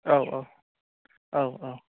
औ औ औ औ